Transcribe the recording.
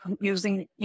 using